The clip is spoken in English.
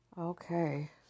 Okay